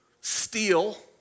steal